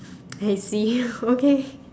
I see okay